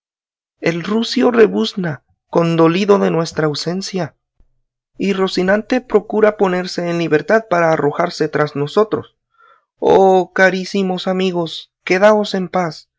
el rucio rebuzna condolido de nuestra ausencia y rocinante procura ponerse en libertad para arrojarse tras nosotros oh carísimos amigos quedaos en paz